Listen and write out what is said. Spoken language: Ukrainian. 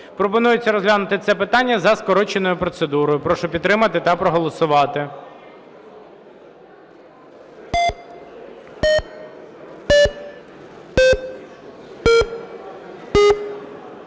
Пропонується розглянути це питання за скороченою процедурою. Прошу підтримати та проголосувати.